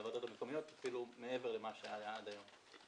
מהוועדות המקומיות, אפילו מעבר למה שהיה עד היום.